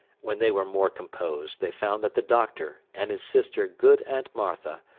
when they were more composed, they found that the doctor, and his sister good aunt martha,